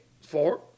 four